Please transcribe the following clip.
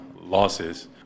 losses